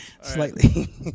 Slightly